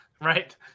Right